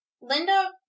Linda